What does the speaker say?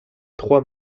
trois